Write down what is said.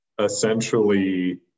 essentially